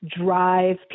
drive